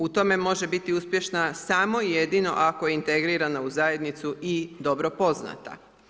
U tome može biti uspješna samo i jedino ako je integrirana u zajednicu i dobro poznata.